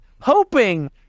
hoping